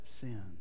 sin